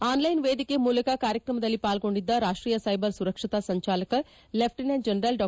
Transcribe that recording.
on line ವೇದಿಕೆ ಮೂಲಕ ಕಾರ್ಯಕ್ರಮದಲ್ಲಿ ಪಾಲ್ಗೊಂಡಿದ್ದ ರಾಷ್ಟೀಯ ಸೈಬರ್ ಸುರಕ್ಷತಾ ಸಂಚಾಲಕ ಲೆಫ್ಟಿನೆಂಟ್ ಜನರಲ್ ಡಾ